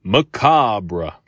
Macabre